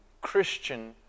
Christian